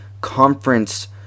conference